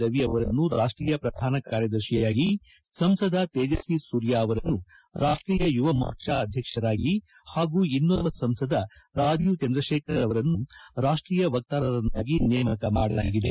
ರವಿ ಅವರನ್ನು ರಾಷ್ಟೀಯ ಪ್ರಧಾನ ಕಾರ್ಯದರ್ಶಿಯಾಗಿ ಸಂಸದ ತೇಜಸ್ವಿ ಸೂರ್ಯ ಅವರನ್ನು ರಾಷ್ಟ್ರೀಯ ಯುವಮೋರ್ಚಾ ಅಧ್ಯಕ್ಷರಾಗಿ ಹಾಗೂ ಇನ್ನೋರ್ವ ಸಂಸದ ರಾಜೀವ್ ಚಂದ್ರಶೇಖರ್ ಅವರನ್ನು ರಾಷ್ಟೀಯ ವಕ್ತಾರರನ್ನಾಗಿ ನೇಮಕ ಮಾಡಲಾಗಿದೆ